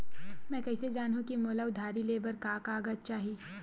मैं कइसे जानहुँ कि मोला उधारी ले बर का का कागज चाही?